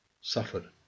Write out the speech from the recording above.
suffered